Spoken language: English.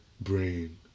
brain